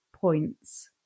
points